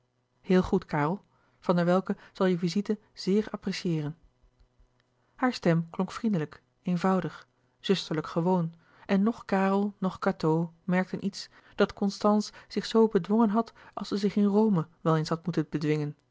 heel goed karel van der welcke zal je visite zeer apprecieeren hare stem klonk vriendelijk eenvoudig zusterlijk gewoon en noch karel noch cateau merkten iets dat constance zich zoo bedwonlouis couperus de boeken der kleine zielen gen had als zij zich in rome wel eens had moeten bedwingen